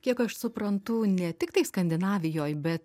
kiek aš suprantu ne tiktai skandinavijoj bet